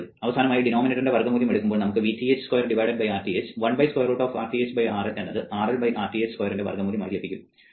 അവസാനമായി ഡിനോമിനേറ്ററിൻറെ വർഗ്ഗമൂല്യം എടുക്കുമ്പോൾ നമുക്ക് Vth square Rth 1 square root Rth RL എന്നത് RL Rth സ്ക്വയറിൻറെ വർഗ്ഗമൂല്യം ആയി ലഭിക്കും